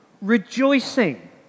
rejoicing